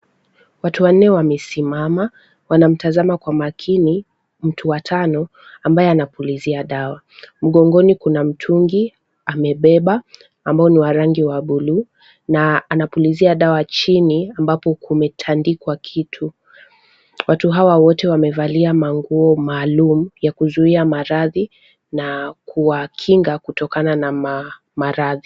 Watu wanne wamesimama wanamtazama kwa makini mtu wa tano ambaye anapulizia dawa. Mgongoni kuna mtungi amebeba ambayo ni wa rangi wa buluu na anapulizia dawa chini ambapo kumetandikwa kitu. Watu hawa wote wamevalia manguo maalum ya kuzuia maradhi na kuwakinga kutokana maradhi.